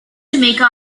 jamaica